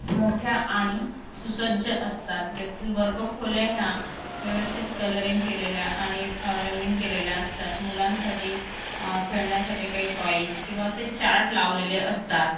मोठ्या आणि सुसज्ज असतात त्यातील वर्गखोल्या ह्या व्यवस्थित कलरिंग केलेल्या आणि रंगीत केलेल्या असतात मुलांसाठी खेळण्यासाठी काही टॉईस किंवा असे चार्ट लावलेले असतात